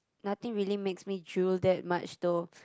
nothing really makes me drool that much though